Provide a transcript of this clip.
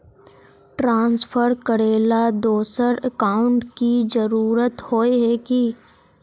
Transfer करेला दोसर account की जरुरत होय है की?